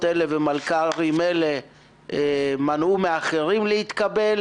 אלה ומלכ"רים אלה מנעו מאחרים להתקבל?